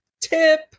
tip